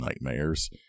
nightmares